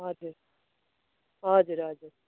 हजुर हजुर हजुर